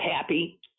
happy